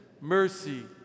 mercy